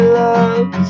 love